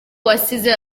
wasize